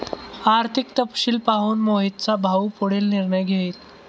आर्थिक तपशील पाहून मोहितचा भाऊ पुढील निर्णय घेईल